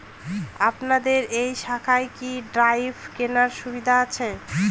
আপনাদের এই শাখায় কি ড্রাফট কেনার সুবিধা আছে?